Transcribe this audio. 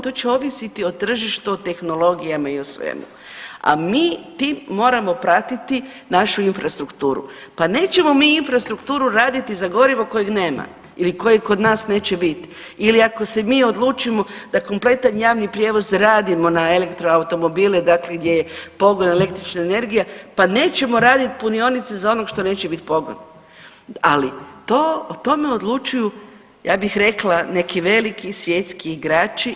To će ovisiti o tržištu, o tehnologijama i o svemu, a mi tim moramo pratiti našu infrastrukturu, pa nećemo mi infrastrukturu raditi za gorivo kojeg nema ili kojeg kod nas neće biti ili ako se mi odlučimo da kompletan javni prijevoz radimo na elektroautomobile, dakle gdje je pogon električna energija, pa nećemo radit punionice za onog što neće bit pogon, ali to, o tome odlučuju ja bih rekla neki veliki svjetski igrači.